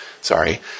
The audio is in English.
Sorry